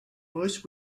most